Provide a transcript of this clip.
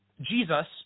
Jesus